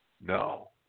No